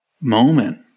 moment